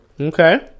Okay